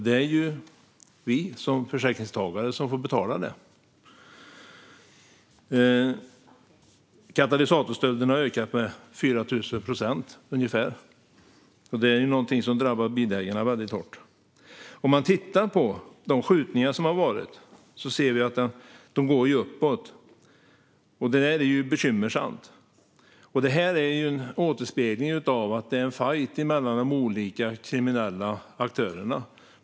Det är vi som försäkringstagare som får betala det. Katalysatorstölderna har ökat med ungefär 4 000 procent. Det är någonting som drabbar bilägarna väldigt hårt. Om man tittar på de skjutningar som har varit ser man att antalet ökar. Det är bekymmersamt. Detta återspeglar att det är en fajt mellan de olika kriminella aktörerna.